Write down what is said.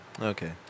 Okay